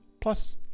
plus